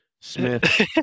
Smith